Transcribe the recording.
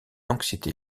anxiété